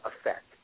effect